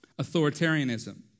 Authoritarianism